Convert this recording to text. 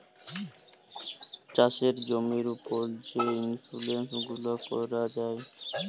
চাষের জমির উপর যে ইলসুরেলস গুলা ক্যরা যায়